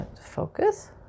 focus